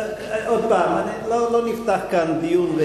עוד פעם, לא נפתח כאן דיון.